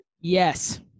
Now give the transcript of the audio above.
Yes